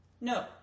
No